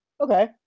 okay